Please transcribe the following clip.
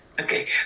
Okay